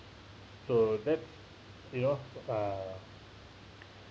so that you know uh